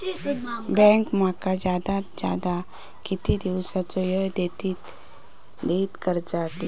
Bank माका जादात जादा किती दिवसाचो येळ देयीत कर्जासाठी?